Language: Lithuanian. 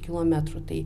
kilometrų tai